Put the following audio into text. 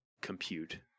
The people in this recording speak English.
compute